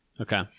Okay